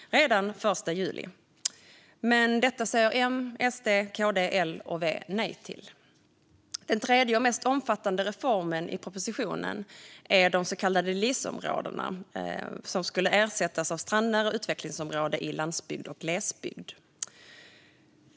Men detta säger M, SD, KD, L och V nej till. Den tredje, och mest omfattande, reformen i propositionen är de så kallade LIS-områdena som skulle ersättas av strandnära utvecklingsområden i landsbygd och glesbygd.